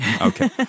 Okay